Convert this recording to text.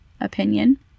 opinion